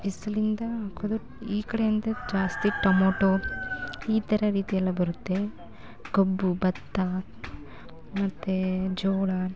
ಬಿಸಿಲಿಂದ ಹಾಕೋದಕ್ಕೆ ಈ ಕಡೆಯಿಂದ ಜಾಸ್ತಿ ಟೊಮೋಟೊ ಈ ಥರ ರೀತಿಯೆಲ್ಲ ಬರುತ್ತೆ ಕಬ್ಬು ಭತ್ತ ಮತ್ತು ಜೋಳ